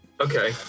Okay